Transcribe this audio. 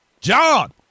John